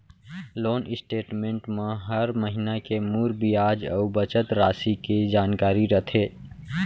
loan statement म हर महिना के मूर बियाज अउ बचत रासि के जानकारी रथे